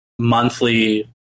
Monthly